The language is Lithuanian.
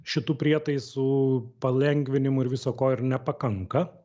šitų prietaisų palengvinimų ir viso ko ir nepakanka